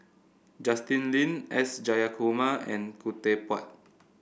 Justin Lean S Jayakumar and Khoo Teck Puat